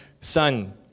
son